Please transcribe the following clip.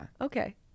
Okay